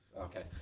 Okay